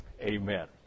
Amen